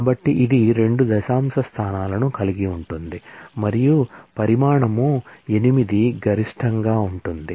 కాబట్టి ఇది 2 దశాంశ స్థానాలను కలిగి ఉంటుంది మరియు పరిమాణం 8 గరిష్టంగా ఉంటుంది